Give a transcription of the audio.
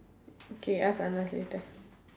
okay ask anand later